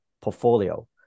portfolio